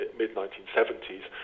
mid-1970s